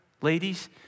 ladies